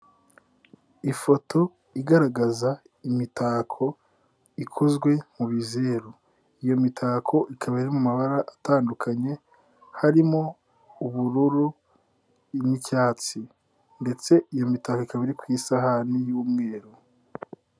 Ifoto igaragaza imitako ikozwe mu bizeru, iyo mitako ikaba iri mu mabara atandukanye, harimo ubururu n'icyatsi ndetse iyo mitako ikaba iri ku isahani y'umweru.